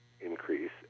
increase